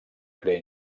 crea